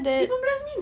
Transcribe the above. lima belas minit